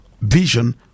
vision